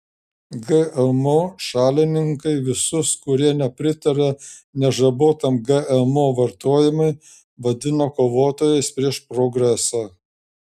gmo šalininkai visus kurie nepritaria nežabotam gmo vartojimui vadina kovotojais prieš progresą